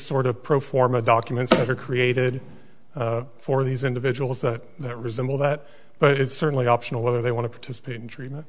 sort of pro forma documents that are created for these individuals that resemble that but it's certainly optional whether they want to participate in treatment